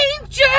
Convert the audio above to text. Danger